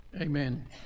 Amen